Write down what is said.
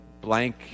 blank